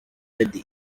lady